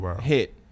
hit